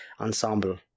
ensemble